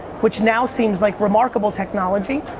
which now seems like remarkable technology,